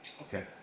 okay